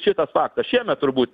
šitas faktas šiemet turbūt